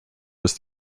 was